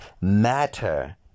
matter